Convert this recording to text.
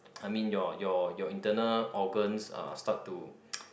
I mean your your your internal organs uh start to